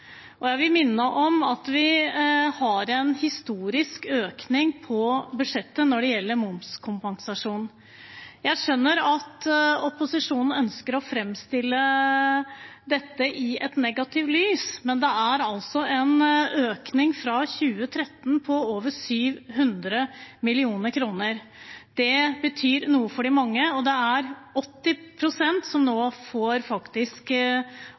delta. Jeg vil minne om at vi har en historisk økning på budsjettet når det gjelder momskompensasjon. Jeg skjønner at opposisjonen ønsker å framstille dette i et negativt lys, men det er en økning fra 2013 på over 700 mill. kr. Det betyr noe for de mange, og det er 80 pst. som nå faktisk får